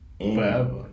Forever